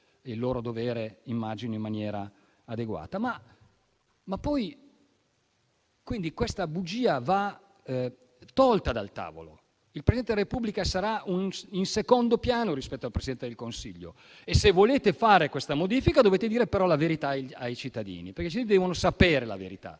il loro dovere in maniera adeguata. Quindi questa bugia va tolta dal tavolo, perché il Presidente della Repubblica sarà in secondo piano rispetto al Presidente del Consiglio. Se volete fare questa modifica, dovete dire la verità ai cittadini, perché devono sapere la verità: